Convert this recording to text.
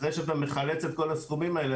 אחרי שאתה מחלץ את כל הסכומים האלה,